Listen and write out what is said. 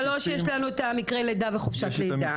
דבר שלישי, מקרה לידה וחופשת לידה.